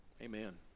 Amen